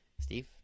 Steve